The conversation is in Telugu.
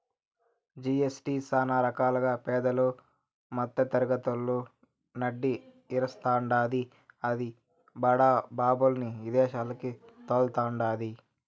జి.ఎస్.టీ సానా రకాలుగా పేదలు, మద్దెతరగతోళ్ళు నడ్డి ఇరస్తాండాది, అది బడా బాబుల్ని ఇదేశాలకి తోల్తండాది